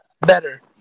better